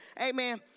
Amen